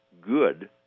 good